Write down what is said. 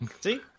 See